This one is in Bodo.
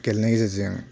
गेलेनायनि गेजेरजों